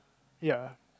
ya